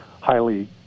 highly